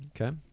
Okay